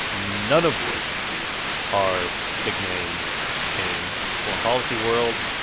none of which are big names in the foreign policy world.